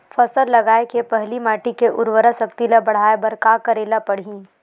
फसल लगाय के पहिली माटी के उरवरा शक्ति ल बढ़ाय बर का करेला पढ़ही?